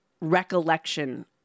recollection